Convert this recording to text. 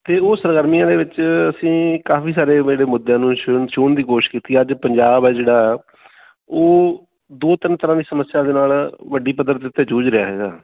ਅਤੇ ਉਹ ਸਰਗਰਮੀਆਂ ਦੇ ਵਿੱਚ ਅਸੀਂ ਕਾਫ਼ੀ ਸਾਰੇ ਜਿਹੜੇ ਮੁੱਦਿਆਂ ਨੂੰ ਛੂਹਣ ਛੂਹਣ ਦੀ ਕੋਸ਼ਿਸ਼ ਕੀਤੀ ਅੱਜ ਪੰਜਾਬ ਹੈ ਜਿਹੜਾ ਉਹ ਦੋ ਤਿੰਨ ਤਰ੍ਹਾਂ ਦੀ ਸਮੱਸਿਆ ਦੇ ਨਾਲ ਵੱਡੀ ਪੱਧਰ ਦੇ ਉੱਤੇ ਜੂਝ ਰਿਹਾ ਹੈਗਾ